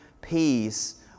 peace